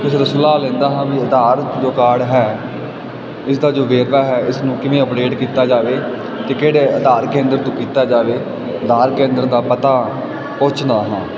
ਕਿਸੇ ਤੋਂ ਸਲਾਹ ਲੈਂਦਾ ਹਾਂ ਵੀ ਆਧਾਰ ਜੋ ਕਾਰਡ ਹੈ ਇਸ ਦਾ ਜੋ ਵੇਰਵਾ ਹੈ ਇਸ ਨੂੰ ਕਿਵੇਂ ਅਪਡੇਟ ਕੀਤਾ ਜਾਵੇ ਅਤੇ ਕਿਹੜੇ ਆਧਾਰ ਕੇਂਦਰ ਤੋਂ ਕੀਤਾ ਜਾਵੇ ਆਧਾਰ ਕੇਂਦਰ ਦਾ ਪਤਾ ਪੁੱਛਦਾ ਹਾਂ